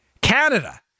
Canada